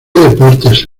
deportes